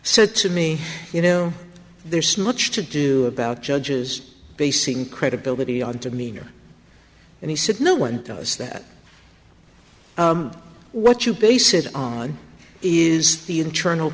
so to me you know there's much to do about judges basing credibility on to me and he said no one knows that what you base it on is the internal